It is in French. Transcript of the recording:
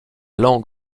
langue